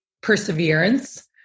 perseverance